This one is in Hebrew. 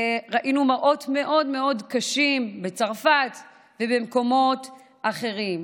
וראינו מראות מאוד מאוד קשים בצרפת ובמקומות אחרים.